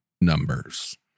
numbers